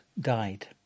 died